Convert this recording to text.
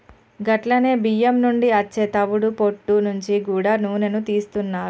గట్లనే బియ్యం నుండి అచ్చే తవుడు పొట్టు నుంచి గూడా నూనెను తీస్తున్నారు